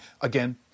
Again